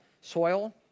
soil